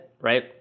right